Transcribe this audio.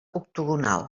octogonal